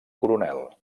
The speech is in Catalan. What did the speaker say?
coronel